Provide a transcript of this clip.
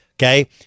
Okay